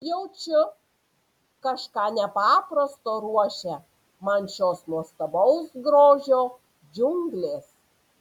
jaučiu kažką nepaprasto ruošia man šios nuostabaus grožio džiunglės